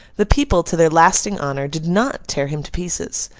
the people, to their lasting honour, did not tear him to pieces.